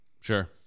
Sure